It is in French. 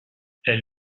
elle